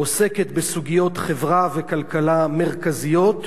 עוסקת בסוגיות חברה וכלכלה מרכזיות,